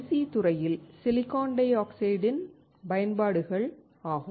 C துறையில் silicon டை ஆக்சைடின் பயன்பாடுகள் ஆகும்